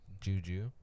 Juju